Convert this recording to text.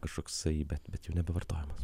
kažkoksai bet bet jau nebevartojamas